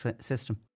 system